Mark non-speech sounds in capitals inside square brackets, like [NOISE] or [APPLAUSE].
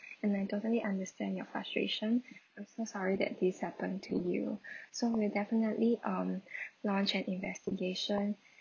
and I totally understand your frustration I'm so sorry that this happened to you [BREATH] so we'll definitely um [BREATH] launch an investigation